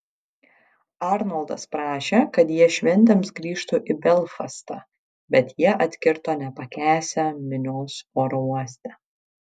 arnoldas prašė kad jie šventėms grįžtų į belfastą bet jie atkirto nepakęsią minios oro uoste